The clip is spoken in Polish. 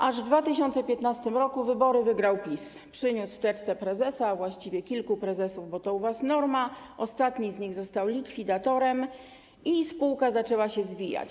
Aż w 2015 r. wybory wygrał PiS, przyniósł w teczce prezesa, a właściwie kilku prezesów, bo to u was norma, ostatni z nich został likwidatorem i spółka zaczęła się zwijać.